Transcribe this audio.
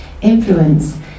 influence